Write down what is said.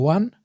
One